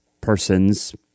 person's